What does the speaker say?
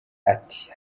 ati